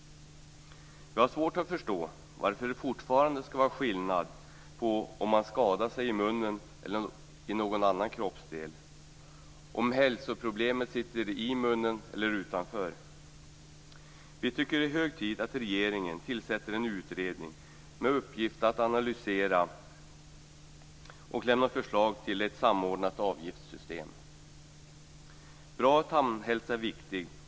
Vi har svårt att förstå varför det fortfarande skall vara skillnad om man skadar sig i munnen eller om man skadar någon annan kroppsdel, om hälsoproblemet sitter i munnen eller utanför. Vi tycker att det är hög tid att regeringen tillsätter en utredning med uppgift att analysera och lämna förslag till ett samordnat avgiftssystem. Bra tandhälsa är viktig.